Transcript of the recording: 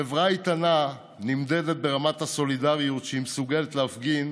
חברה איתנה נמדדת ברמת הסולידריות שהיא מסוגלת להפגין